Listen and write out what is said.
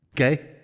Okay